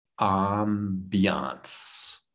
ambiance